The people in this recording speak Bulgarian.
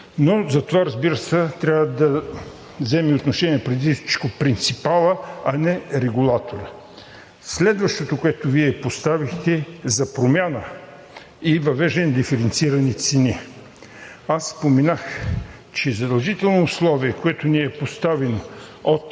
Но затова, разбира се, трябва да вземе отношение преди всичко принципалът, а не регулаторът. Следващото, което Вие поставихте, за промяна и въвеждане на диференцирани цени. Аз споменах, че задължително условие, което ни е поставено от